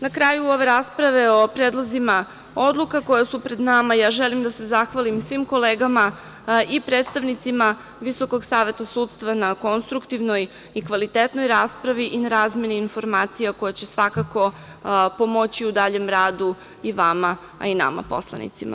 Na kraju ove rasprave o predlozima odluka koje su pred nama, ja želim da se zahvalim svim kolegama i predstavnicima Visokog saveta sudstva na konstruktivnoj i kvalitetnoj raspravi i na razmeni informacija, koja će svakako pomoći u daljem radu i vama, a i nama poslanicima.